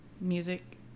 music